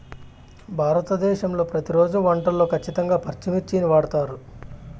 భారతదేశంలో ప్రతిరోజు వంటల్లో ఖచ్చితంగా పచ్చిమిర్చిని వాడుతారు